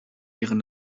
ihren